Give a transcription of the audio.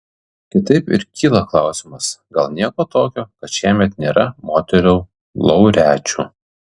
kitaip ir kyla klausimas gal nieko tokio kad šiemet nėra moterų laureačių